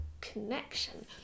connection